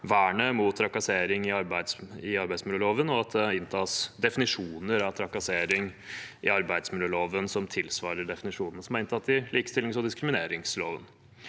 vernet mot trakassering i arbeidsmiljøloven og at det inntas definisjoner av trakassering i arbeidsmiljøloven som tilsvarer definisjonene som er inntatt i likestillings- og diskrimineringsloven.